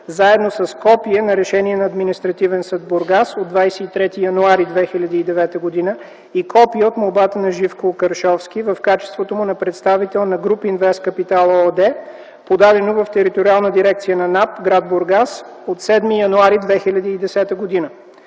заедно с копие на решение на Административен съд – Бургас, от 23 януари 2009 г. и копие от молбата на Живко Кършовски в качеството му на представител на „Груп Инвест Капитал” ООД, подадено в Териториална дирекция на НАП – град Бургас, от 7 януари 2010 г.